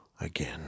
Again